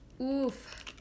Oof